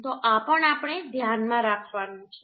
તો આ પણ આપણે ધ્યાનમાં રાખવાનું છે